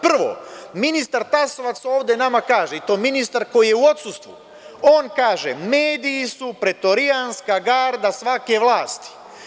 Prvo, ministar Tasovac ovde nama kaže i to ministar koji je u odsustvu, on kaže – mediji su pretorijanska garda svake vlasti.